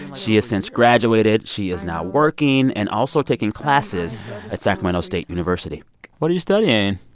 she has since graduated. she is now working and also taking classes at sacramento state university what are you studying?